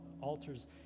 altars